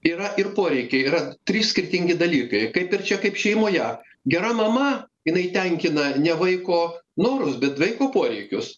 yra ir poreikiai yra trys skirtingi dalykai kaip ir čia kaip šeimoje gera mama jinai tenkina ne vaiko norus bet vaiko poreikius